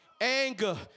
anger